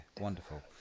wonderful